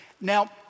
Now